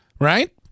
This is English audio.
Right